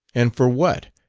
and for what?